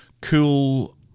cool